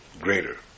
greater